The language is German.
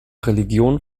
religion